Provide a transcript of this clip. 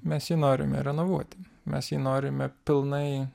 mes jį norime renovuoti mes jį norime pilnai